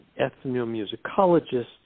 ethnomusicologists